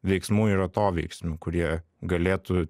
veiksmų ir atoveiksmių kurie galėtų